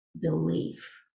belief